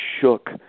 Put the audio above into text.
shook